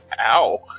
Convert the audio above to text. Ow